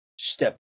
step